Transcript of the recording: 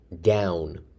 down